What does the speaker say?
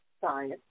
science